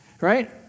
Right